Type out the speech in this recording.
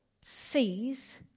sees